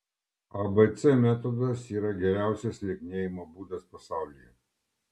abc metodas yra geriausias lieknėjimo būdas pasaulyje